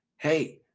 Hey